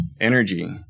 energy